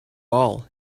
all